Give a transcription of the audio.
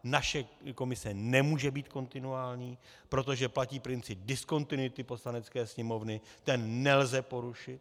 Naše komise nemůže být kontinuální, protože platí princip diskontinuity Poslanecké sněmovny, ten nelze porušit.